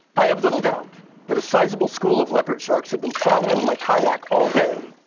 i have little doubt that a sizable school of leopard sharks had been following my kayak all day.